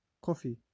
coffee